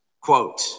Quote